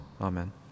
Amen